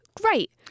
Great